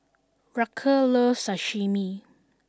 Raquel loves Sashimi